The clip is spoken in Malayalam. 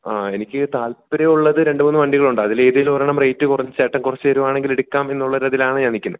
ആ എനിക്ക് താൽപര്യം ഉള്ളത് രണ്ട് മൂന്ന് വണ്ടികളുണ്ട് അതിൽ ഏതേലും ഒരണ്ണം റേറ്റ് കുറച്ച് ചേട്ടൻ കുറച്ച് തരികയാണെങ്കിൽ എടുക്കാം എന്നുള്ള ഒരു ഇതിലാണ് ഞാൻ നിൽക്കുന്നത്